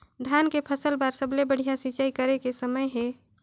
धान के फसल बार सबले बढ़िया सिंचाई करे के समय हे?